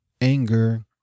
anger